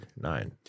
nine